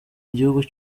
igihugu